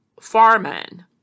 farman